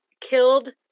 killed